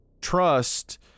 trust